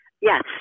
Yes